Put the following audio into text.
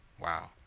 wow